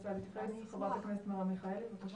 את רוצה להתייחס, חברת הכנסת מרב מיכאלי, בבקשה.